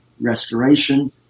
restoration